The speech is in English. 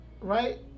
right